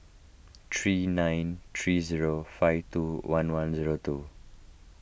three nine three zero five two one one zero two